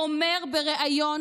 אומר בריאיון